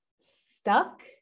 stuck